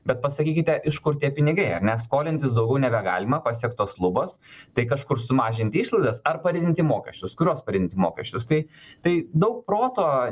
bet pasakykite iš kur tie pinigai nes skolintis daugiau nebegalima pasiektos lubos tai kažkur sumažinti išlaidas ar padidinti mokesčius kurios padidinti mokesčius tai tai daug proto